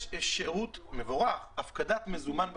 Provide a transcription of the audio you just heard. יש שירות מבורך של הפקדת מזומן בכספומטים.